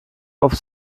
auf